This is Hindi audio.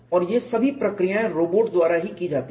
और ये सभी प्रक्रियाएँ रोबोट द्वारा ही की जाती है